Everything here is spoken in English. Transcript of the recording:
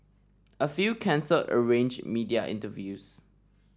a few cancelled arrange media interviews